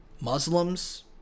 Muslims